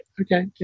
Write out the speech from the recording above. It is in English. okay